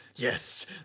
Yes